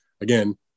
again